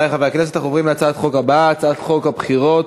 אנחנו עוברים להצעה הבאה, הצעת חוק הבחירות